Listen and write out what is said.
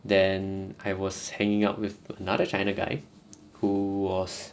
then I was hanging out with another china guy who was